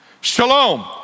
Shalom